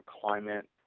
climate